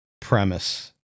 premise